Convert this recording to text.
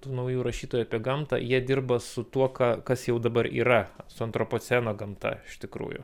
tų naujų rašytojų apie gamtą jie dirba su tuo ką kas jau dabar yra su antropoceno gamta iš tikrųjų